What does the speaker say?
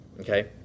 okay